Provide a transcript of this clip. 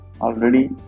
Already